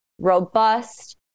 robust